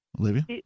Olivia